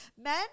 Men